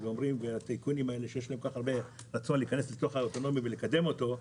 והטייקונים שרוצים להיכנס לתחום הזה ולקדם אותו,